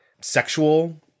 sexual